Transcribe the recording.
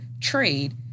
trade